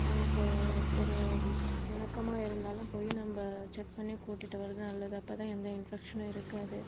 அவங்க சொ ஒரு சுணக்கமா இருந்தாலும் போயி நம்ப செக் பண்ணி கூட்டிகிட்டு வரது நல்லது அப்போ தான் எந்த இன்பெக்ஷனும் இருக்காது